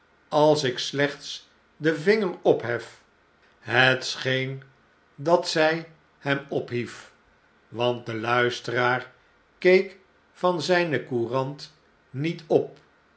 als ik slechts den vinger opheft het scheen dat zijhemophief want de luisteraar keek van zijne courant niet op